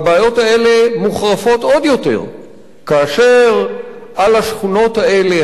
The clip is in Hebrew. הבעיות האלה מוחרפות עוד יותר כאשר על השכונות האלה,